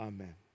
Amen